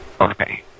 Okay